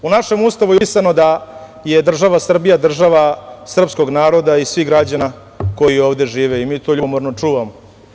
U našem Ustavu je upisano da je država Srbija država srpskog naroda i svih građana koji ovde žive i mi to ljubomorno čuvamo.